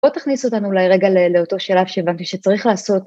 בואו תכניסו אותנו אולי רגע לאותו שלב שהבנתי שצריך לעשות.